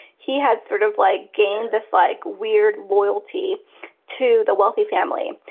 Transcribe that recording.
he had sort of like game this like weird loyalty to the wealthy family.